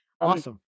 Awesome